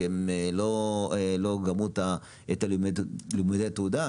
כי הן לא סיימו את לימודי התעודה,